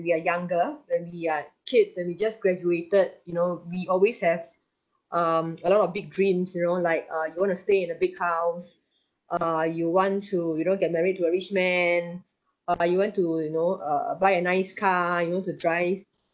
we are younger when we are kids when we just graduated you know we always have um a lot of big dreams you know like uh you wanna stay in a big house err you want to you know get married to a rich man or you want to you know err buy a nice car you know to drive